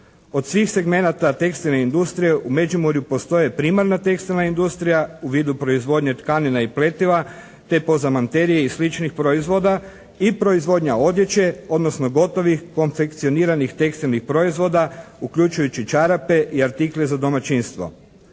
Od svih segmenata tekstilne industrije u Međimurju postoji primarna tekstilna industrija u vidu proizvodnje tkanine i pletiva te pozamanterije i sličnih proizvoda i proizvodnja odjeće, odnosno gotovih konfekcioniranih tekstilnih proizvoda uključujući čarape i artikle za domaćinstvo.